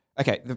okay